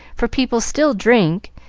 for people still drink,